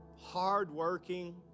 hard-working